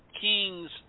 Kings